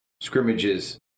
scrimmages